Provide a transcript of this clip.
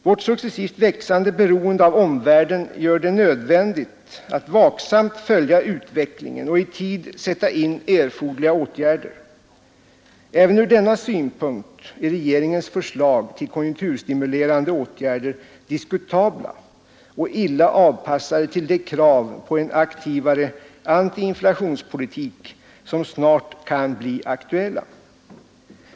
Vårt successivt växande beroende av omvärlden gör det nödvändigt att vaksamt följa utvecklingen och i tid sätta in erforderliga åtgärder. Även från denna synpunkt är regeringens förslag till konjunkturstimulerande åtgärder diskutabla och illa avpassade till de krav på en aktivare antiinflationspolitik som snart kan bli aktuella.